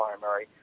primary